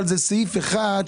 אבל יש סעיף אחד,